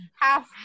half